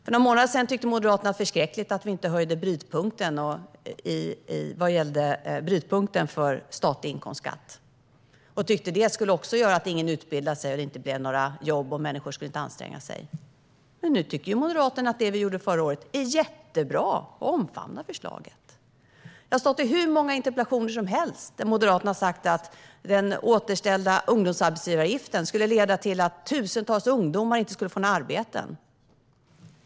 För några månader sedan tyckte Moderaterna att det var förskräckligt att vi inte höjde brytpunkten för statlig inkomstskatt. De trodde att det skulle göra att ingen utbildade sig, att det inte blev några jobb och att människor inte skulle anstränga sig. Men nu tycker Moderaterna att det vi gjorde förra året är jättebra och omfamnar förslaget. Jag har stått i hur många interpellationsdebatter som helst där Moderaterna har sagt att den återställda ungdomsarbetsgivaravgiften skulle leda till att tusentals ungdomar inte fick några arbeten.